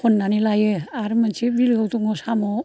खन्नानै लायो आर मोनसे बिलोआव दङ साम'